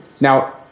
Now